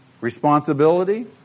responsibility